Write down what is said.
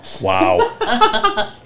Wow